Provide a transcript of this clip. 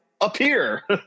appear